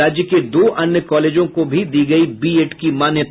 राज्य के दो अन्य कॉलेजों को भी दी गयी बीएड की मान्यता